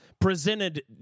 presented